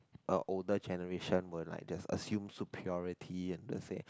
a older generation will like just assume so purity and that's say